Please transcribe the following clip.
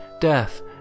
death